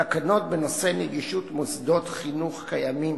תקנות בנושאי נגישות מוסדות חינוך קיימים